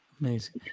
amazing